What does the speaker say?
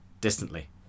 distantly